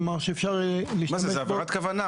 כלומר שאפשר יהיה להשתמש בו --- זה עבירת כוונה.